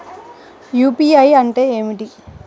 UPI అంటే ఏమిటి?